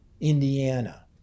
Indiana